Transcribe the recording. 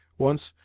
once,